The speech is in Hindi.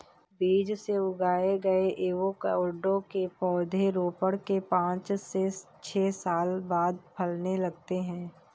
बीज से उगाए गए एवोकैडो के पौधे रोपण के पांच से छह साल बाद फलने लगते हैं